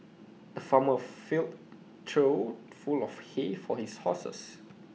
the farmer filled trough full of hay for his horses